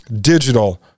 digital